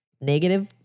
negative